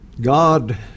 God